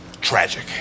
tragic